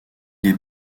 est